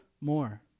more